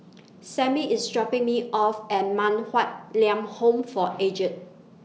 Samie IS dropping Me off At Man Huatt Lam Home For Aged